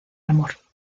amor